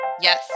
Yes